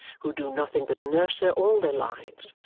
who do nothing but nurse her all their lives,